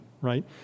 Right